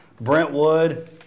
Brentwood